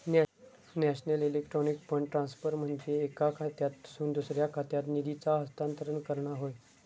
national electronic fund transfer म्हनजे एका बँकेतसून दुसऱ्या खात्यात निधीचा हस्तांतरण करणा होय